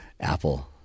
Apple